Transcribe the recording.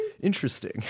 Interesting